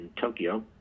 Tokyo